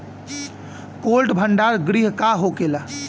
Cold भण्डार गृह का होखेला?